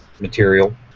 material